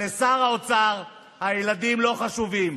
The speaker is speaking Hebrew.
אבל לשר האוצר הילדים לא חשובים.